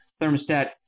thermostat